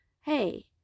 hey